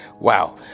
wow